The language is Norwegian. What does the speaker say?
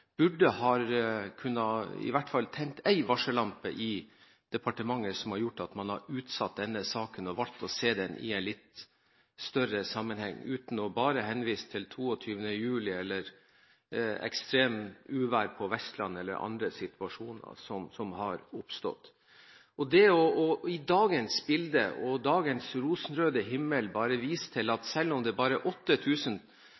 i hvert fall én varsellampe i departementet som hadde gjort at man hadde utsatt denne saken og valgt å se den i en litt større sammenheng – det er bare å henvise til 22. juli eller ekstremuvær på Vestlandet eller andre situasjoner som har oppstått. Det i dagens bilde og med dagens rosenrøde himmel bare å vise til at